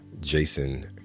Jason